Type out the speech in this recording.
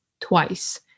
twice